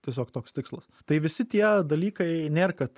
tiesiog toks tikslas tai visi tie dalykai nėr kad